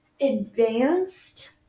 advanced